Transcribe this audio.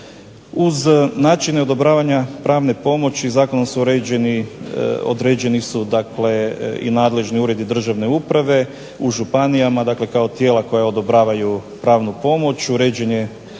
Uz način odobravanja pravne pomoći zakonom su određeni nadležni uredi državne uprave. U županijama kao tijela koja odobravaju pravnu pomoć uređen je